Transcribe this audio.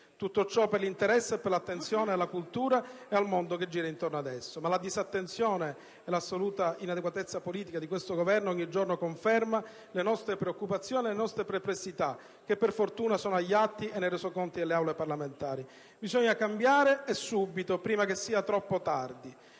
Tutto ciò per l'interesse e per l'attenzione alla cultura e al mondo che gira intorno ad essa. Ma la disattenzione, l'assoluta inadeguatezza politica di questo Governo ogni giorno confermano le nostre preoccupazioni e le nostre perplessità, che per fortuna sono agli atti e nei resoconti delle Aule parlamentari. Bisogna cambiare e subito, prima che sia troppo tardi.